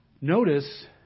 Notice